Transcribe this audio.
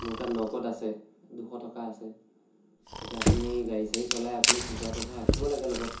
মোৰ তাত নগদ আছে দুশ টকা আছে এতিয়া আপুনি গাড়ী চাৰি চলায় আপুনি খুচুৰা পইচা ৰাখিব লাগে লগত